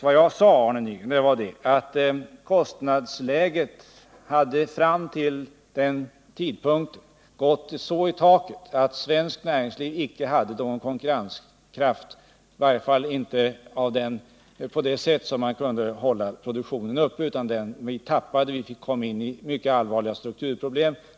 Vad jag sade var att kostnadsläget fram till denna tidpunkt gått så i höjden att svenskt näringsliv inte hade någon konkurrenskraft, i varje fall inte i den grad att vi kunde hålla produktionen uppe. Vi tappade marknader och fick mycket allvarliga strukturproblem.